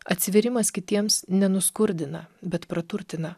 atsivėrimas kitiems nenuskurdina bet praturtina